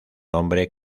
nombre